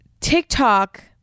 TikTok